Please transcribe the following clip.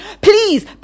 please